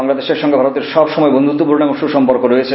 বাংলাদেশের সঙ্গে ভারতের সব সময় বন্ধুত্বপূর্ণ এবং সুসম্পর্ক রয়েছে